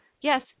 yes